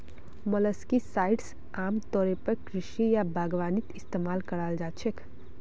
molluscicides आमतौरेर पर कृषि या बागवानीत इस्तमाल कराल जा छेक